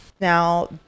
Now